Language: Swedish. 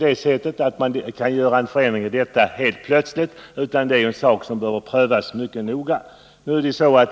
Men man kan ju inte ändra detta helt plötsligt, utan det är en fråga som bör prövas noga.